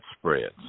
spreads